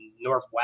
northwest